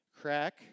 Crack